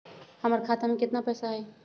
हमर खाता में केतना पैसा हई?